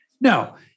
No